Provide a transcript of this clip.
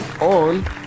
on